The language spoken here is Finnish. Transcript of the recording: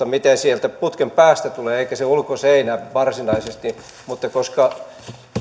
miten sieltä putken päästä tulee eikä se ulkoseinä varsinaisesti mutta koska